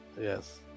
Yes